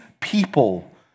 people